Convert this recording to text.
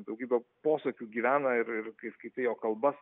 daugybė posakių gyvena ir ir kai skaitai jo kalbas